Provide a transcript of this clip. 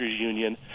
union